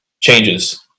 changes